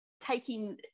taking